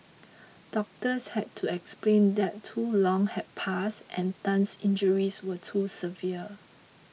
doctors had to explain that too long had passed and Tan's injuries were too severe